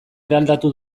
eraldatu